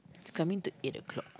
it's coming to eight o-clock